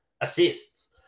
assists